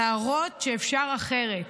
להראות שאפשר אחרת.